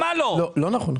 זה בכלל לא משנה,